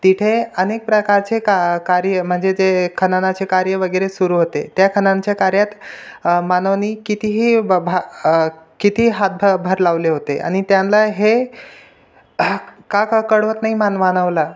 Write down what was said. तिथे अनेक प्रकारचे का कार्य म्हणजे ते खननाचे कार्य वगैरे सुरू होते त्या खननच्या कार्यात मानवानी कितीही ब भा किती हातभभार लावले होते आणि त्यांना हे का का कळत नाही मान मानवाला